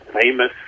famous